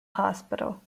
hospital